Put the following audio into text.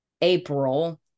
April